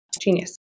Genius